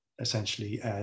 essentially